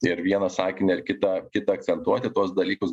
ir vieną sakinį ar kitą kitą akcentuoti tuos dalykus